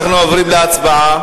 אנחנו עוברים להצבעה.